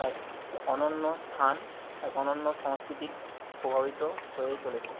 এক অনন্য স্থান এক অনন্য সংস্কৃতি প্রভাবিত হয়ে চলেছে